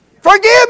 Forgive